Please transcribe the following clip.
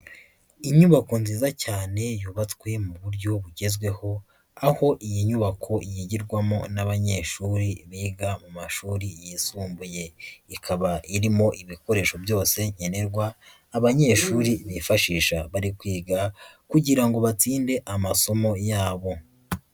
Inyubako nziza cyane yubatswe mu buryo bugezweho, aho iyi nyubako yigirwamo n'abanyeshuri biga mu mashuri yisumbuye. Ikaba irimo ibikoresho byose nkenerwa, abanyeshuri bifashisha bari kwiga kugira ngo batsinde amasomo yabo.